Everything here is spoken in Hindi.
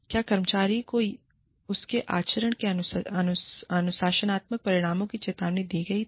क्या कर्मचारी को उसके आचरण के अनुशासनात्मक परिणामों की चेतावनी दी गई थी